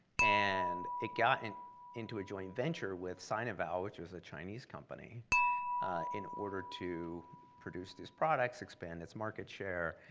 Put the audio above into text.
and it got and into a joint venture with sinovel, which is a chinese company in order to produce these products, expand its market share,